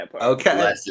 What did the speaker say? Okay